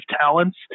talents